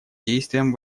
действиям